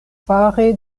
fare